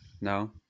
no